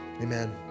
Amen